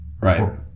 Right